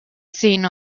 seen